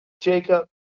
Jacob